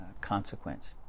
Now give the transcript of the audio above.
consequence